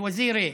(אומר בערבית: